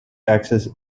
access